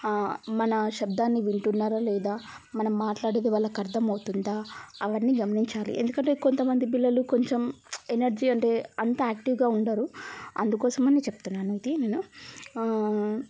మన శబ్దాన్ని వింటున్నారా లేదా మనం మాట్లాడేది వాళ్ళకు అర్థమవుతుందా అవ్వన్నీ గమనించాలి ఎందుకంటే కొంతమంది పిల్లలు కొంచెం ఎనర్జీ అంటే అంత యాక్టివ్గా ఉండరు అందుకోసం అని చెప్తున్నా అండి నేను